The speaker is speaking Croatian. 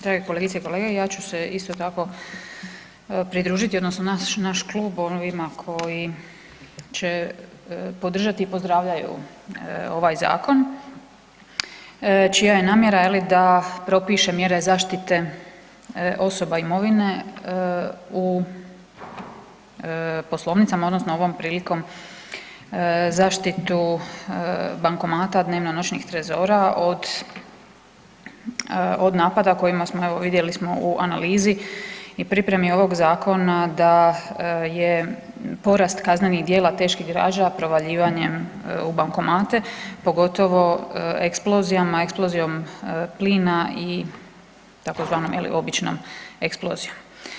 Drage kolegice i kolege ja ću se isto tako pridružiti odnosno naš klub ovima koji će podržati i pozdravljaju ovaj zakon čija je namjera je li da propiše mjere zaštite osoba i imovine u poslovnica odnosno ovom prilikom zaštitu bankomata, dnevno noćnih trezora od, od napada kojima smo, evo vidjeli smo u analizi i pripremi ovog zakona da je porast kaznenih djela teških krađa provaljivanjem u bankomate pogotovo eksplozijama, eksplozijom plina i tzv. običnom eksplozijom.